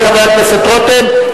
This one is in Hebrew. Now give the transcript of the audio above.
(החמרת הענישה בעבירת הפקרה אחרי פגיעה),